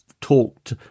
talked